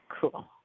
cool